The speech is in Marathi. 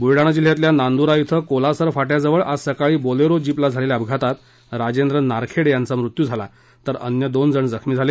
बुलडाणा जिल्ह्यातल्या नांदूरा धिं कोलासर फाट्याजवळ आज सकाळी बोलेरो जीपला झालेल्या अपघातात राजेंद्र नारखेडे यांचा मृत्यु झाला तर अन्य दोन जण जखमी झाले